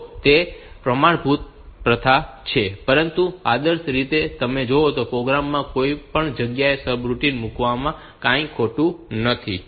તો તે પ્રમાણભૂત પ્રથા છે પરંતુ આદર્શ રીતે જોઈએ તો પ્રોગ્રામ માં કોઈપણ જગ્યાએ સબરૂટિન મૂકવામાં કંઈ ખોટું નથી